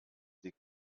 des